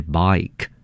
bike